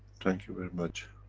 thank you very much.